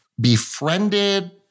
befriended